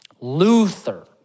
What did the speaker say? Luther